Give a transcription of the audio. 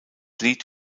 lied